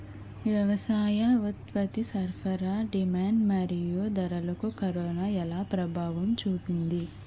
వ్యవసాయ ఉత్పత్తి సరఫరా డిమాండ్ మరియు ధరలకు కరోనా ఎలా ప్రభావం చూపింది